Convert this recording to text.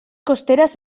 costeras